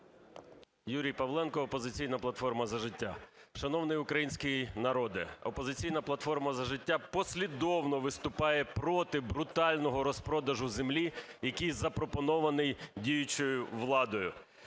Юрій Павленко, "Опозиційна платформа - За життя". Шановний український народе, "Опозиційна платформа - За життя" послідовно виступає проти брутального розпродажу землі, який запропонований діючою владою.